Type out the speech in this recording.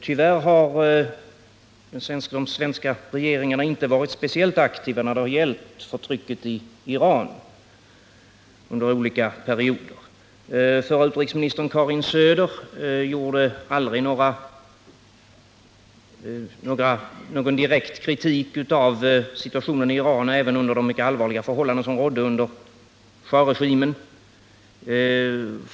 Tyvärr har de svenska regeringarna inte varit speciellt aktiva när det har gällt förtrycket i Iran under olika perioder. Den föregående utrikesministern Karin Söder framförde aldrig någon direkt kritik av de mycket allvarliga förhållanden som rådde under schahregimen.